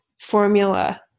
formula